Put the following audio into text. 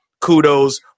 kudos